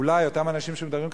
אולי אותם אנשים שמדברים כך,